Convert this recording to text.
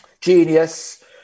Genius